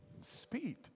Speed